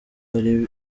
ari